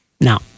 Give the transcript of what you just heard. Now